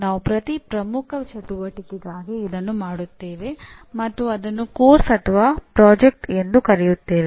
ನಾವು ಪ್ರತಿ ಪ್ರಮುಖ ಚಟುವಟಿಕೆಗಾಗಿ ಇದನ್ನು ಮಾಡುತ್ತೇವೆ ಮತ್ತು ಅದನ್ನು ಪಠ್ಯಕ್ರಮ ಅಥವಾ ಪ್ರಾಜೆಕ್ಟ್ ಎಂದು ಕರೆಯುತ್ತೇವೆ